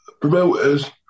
promoters